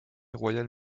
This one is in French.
royale